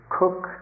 cook